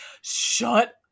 shut